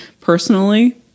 personally